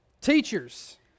teachers